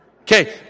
Okay